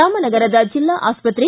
ರಾಮನಗರದ ಜಿಲ್ಲಾ ಆಸ್ಪತ್ರೆ